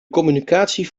communicatie